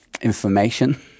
information